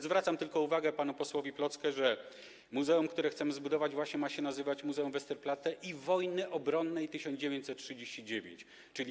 Zwracam tylko uwagę panu posłowi Plocke, że muzeum, które chcemy zbudować, ma się nazywać Muzeum Westerplatte i Wojny Obronnej 1939 r.